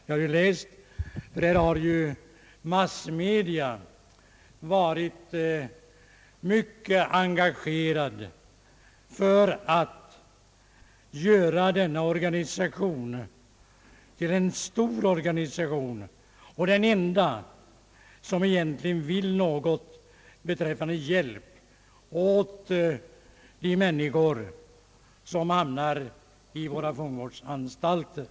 Jag har sett att massmedia varit mycket engagerade för att göra denna organisation till en stor organisation och den enda som egentligen vill något beträffande hjälp åt de människor som hamnar i våra fångvårdsanstalter.